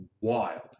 wild